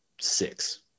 six